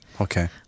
Okay